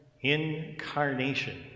incarnation